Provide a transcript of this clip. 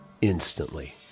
instantly